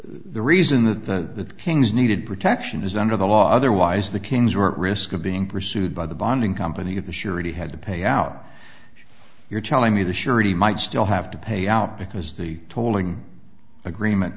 the reason that the pings needed protection is under the law otherwise the kings were risk of being pursued by the bonding company of the surety had to pay out you're telling me the surety might still have to pay out because the tolling agreement